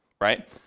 right